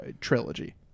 Trilogy